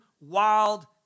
wild